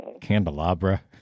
Candelabra